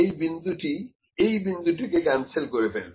এই বিন্দুটি এই বিন্দুটিকে ক্যানসেল করে ফেলবে